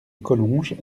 collonges